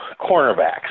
cornerbacks